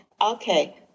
Okay